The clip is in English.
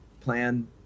plan